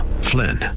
Flynn